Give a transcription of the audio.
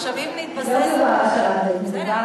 גם הם הולכים לרופאים, הזוג.